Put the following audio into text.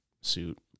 suit